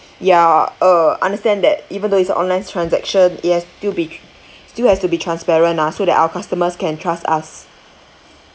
ya uh understand that even though it's a online transaction it has still be still has to be transparent ah so that our customers can trust us